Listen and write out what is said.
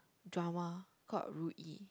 drama called Ru Yi